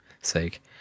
sake